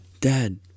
Dad